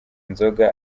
inzoga